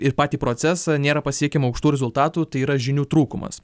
ir patį procesą nėra pasiekama aukštų rezultatų tai yra žinių trūkumas